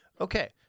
okay